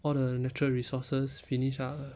all the natural resources finish ah